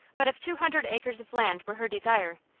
but if two hundred acres of land were her desire,